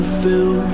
fill